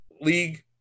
league